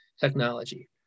Technology